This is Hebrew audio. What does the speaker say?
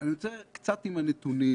אני רוצה לעבוד קצת עם הנתונים.